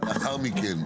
לאחר מכן,